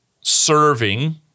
serving